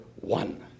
one